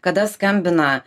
kada skambina